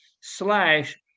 slash